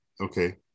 Okay